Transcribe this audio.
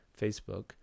Facebook